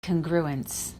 congruence